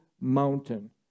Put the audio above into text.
mountain